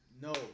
no